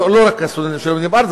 לא רק הסטודנטים שלומדים בארץ,